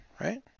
right